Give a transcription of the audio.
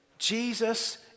Jesus